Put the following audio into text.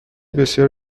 بسیار